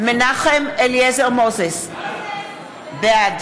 בעד